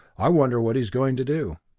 i wonder what he is going to do?